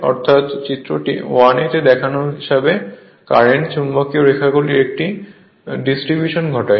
অর্থাৎ চিত্র 1 এ দেখানো হিসাবে কারেন্টের চুম্বকীয় রেখাগুলির একটি ডিস্ট্রিবিউশন ঘটায়